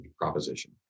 proposition